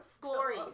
Glory